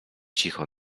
cicho